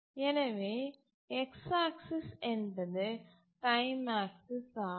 எனவே x axis என்பது time axis ஆகும்